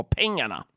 pengarna